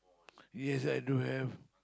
you have like to have